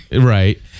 right